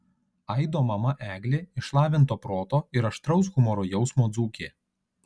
aido mama eglė išlavinto proto ir aštraus humoro jausmo dzūkė